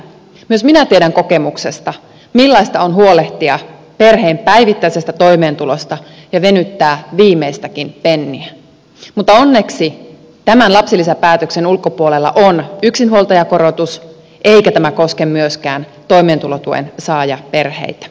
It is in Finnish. myös minä tiedän kokemuksesta millaista on huolehtia perheen päivittäisestä toimeentulosta ja venyttää viimeistäkin penniä mutta onneksi tämän lapsilisäpäätöksen ulkopuolella on yksinhuoltajakorotus eikä tämä koske myöskään toimeentulotuensaajaperheitä